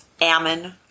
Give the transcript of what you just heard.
Ammon